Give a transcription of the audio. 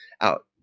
out